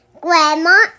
Grandma